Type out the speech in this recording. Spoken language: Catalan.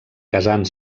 casant